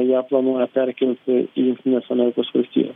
ją planuoja perkelti į jungtines amerikos valstijas